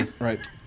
right